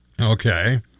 Okay